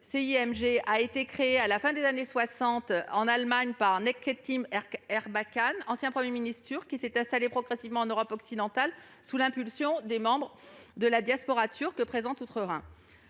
(CIMG) a été créée à la fin des années 1960 en Allemagne par Necmettin Erbakan, ancien Premier ministre turc, et s'est installée progressivement en Europe occidentale, sous l'impulsion de membres de la diaspora turque présente outre-Rhin.